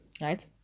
right